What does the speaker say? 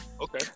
Okay